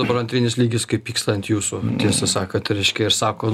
dabar antrinis lygis kaip pyksta ant jūsų tiesą sakot reiškia ir sako